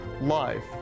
life